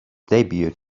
debut